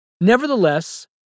nevertheless